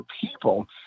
people